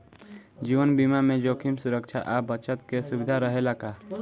जीवन बीमा में जोखिम सुरक्षा आ बचत के सुविधा रहेला का?